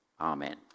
amen